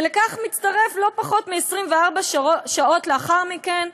ולכך מצטרף, לא פחות מ-24 שעות לאחר מכן,